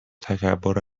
تکبر